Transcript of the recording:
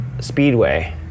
Speedway